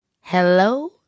Hello